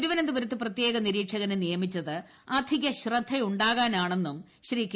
തിരുവനന്തപുരത്ത് പ്രത്യേക നിരീക്ഷികനെ നിയമിച്ചത് അധിക ശ്രദ്ധയുണ്ടാകാനാണെന്നും കെ